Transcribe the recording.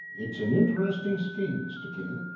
it's an interesting scheme, mr. king.